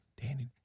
Danny